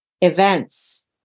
events